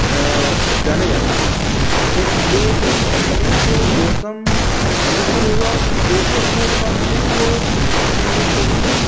जाने जाते हैं और ये एक ऐसी फसल है जो मौसम अनुकूल हुआ तो भी अच्छा उत्पादन देती है और अनुकूल नहीं भी हुआ तो भी